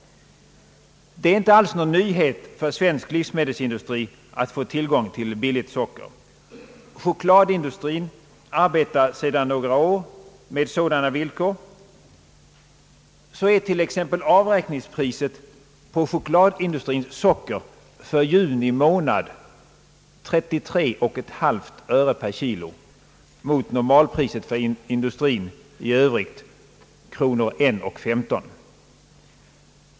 Det är inte alls någon nyhet för svensk livsmedelsindustri att få tillgång till billigt socker. Chokladindustrin arbetar sedan några år med sådana villkor. Avräkningspriset på chokladindustrins socker för t.ex. juni månad är 33,5 öre per kg, mot normalpriset kronor 1:15 för industrin i övrigt.